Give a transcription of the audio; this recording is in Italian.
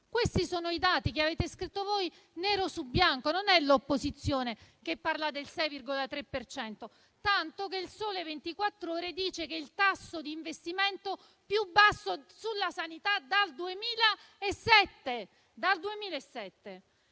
Questi sono i dati che avete scritto voi, nero su bianco: non è l'opposizione a parlare del 6,3 per cento, tanto che "Il Sole 24 Ore" dice che si tratta del tasso di investimento più basso sulla sanità dal 2007.